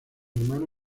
hermano